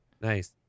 Nice